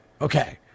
okay